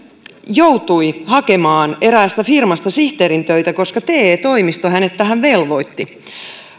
joutui hakemaan eräästä firmasta sihteerin töitä koska te toimisto hänet tähän velvoitti